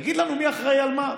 תגיד לנו מי אחראי על מה.